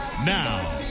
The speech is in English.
Now